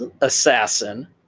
assassin